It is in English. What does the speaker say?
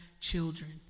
children